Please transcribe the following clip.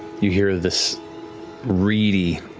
you hear this reedy,